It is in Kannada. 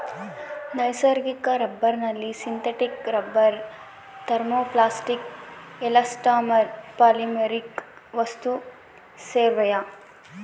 ನೈಸರ್ಗಿಕ ರಬ್ಬರ್ನಲ್ಲಿ synthetic rubber thermoplastic elastomer polymeric ವಸ್ತುಸೇರ್ಯಾವ